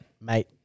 Mate